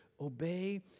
obey